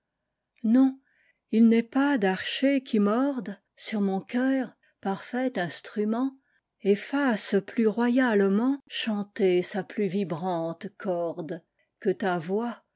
non il n'est pas d'archet qui mordesur mon cœur parfait instrument et fasse plus royalementchanter sa plus vibrante corde que ta voix